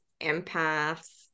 empaths